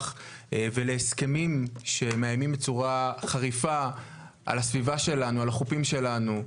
ולהסכמים שמאיימים בצורה חריפה על הסביבה שלנו,